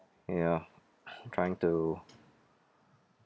ya trying to